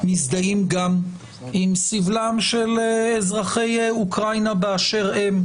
מזדהים גם עם סבלם של אזרחי אוקראינה באשר הם,